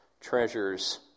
treasures